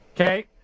Okay